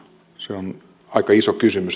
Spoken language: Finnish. se on aika iso kysymys